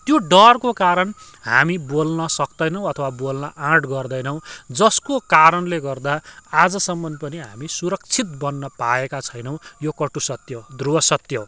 त्यो डरको कारण हामी बोल्न सक्दैनौँ अथवा बोल्न आँट गर्दैनौँ जसको कारणले गर्दा आजसम्म पनि हामी सुरक्षित बन्न पाएका छैनौँ यो कटु सत्य हो ध्रुवसत्य हो